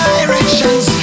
Directions